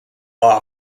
law